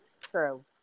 true